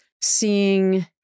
seeing